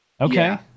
Okay